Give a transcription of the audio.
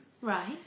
Right